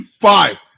Five